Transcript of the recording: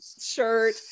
shirt